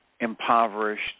impoverished